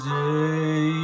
day